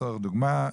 לצורך הדוגמה,